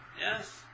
Yes